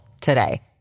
today